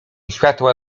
światła